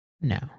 No